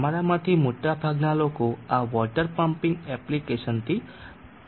તમારામાંથી મોટાભાગના લોકો આ વોટર પમ્પિંગ એપ્લિકેશનથી પરિચિત હશે